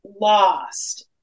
lost